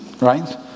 right